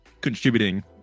contributing